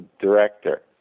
director